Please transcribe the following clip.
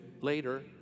later